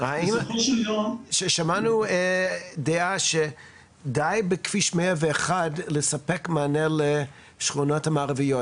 שמענו דעה שדי בכביש 101 לספק מענה לשכונות המערביות.